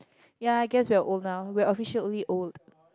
ya I guess we're old now we're officially old